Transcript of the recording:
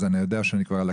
אני יודע שאני כבר על הכוונת.